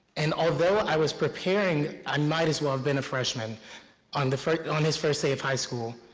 and although i was preparing, i might as well have been a freshman on the first on this first day of high school.